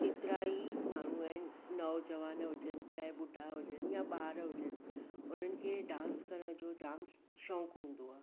केतिरा ई माण्हू आहिनि नौजवान हुजनि चाहे बुढा हुजनि या ॿार हुजनि उन्हनि खे डांस करण जो जाम शौक़ु हूंदो आहे